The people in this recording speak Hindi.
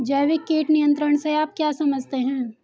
जैविक कीट नियंत्रण से आप क्या समझते हैं?